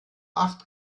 acht